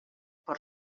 per